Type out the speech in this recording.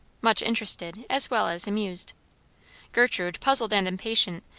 much interested, as well as amused gertrude puzzled and impatient,